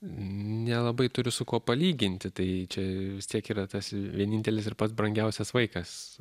nelabai turiu su kuo palyginti tai čia vis tiek yra tas vienintelis ir pats brangiausias vaikas